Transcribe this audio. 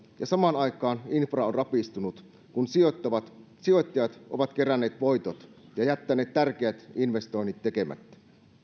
ja samaan aikaan infra on rapistunut kun sijoittajat sijoittajat ovat keränneet voitot ja jättäneet tärkeät investoinnit tekemättä